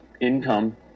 Income